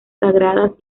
sagradas